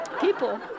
people